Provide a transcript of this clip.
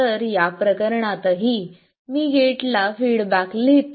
तर या प्रकरणातही मी गेटला फीडबॅक लिहितो